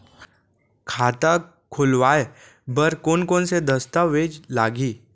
खाता खोलवाय बर कोन कोन से दस्तावेज लागही?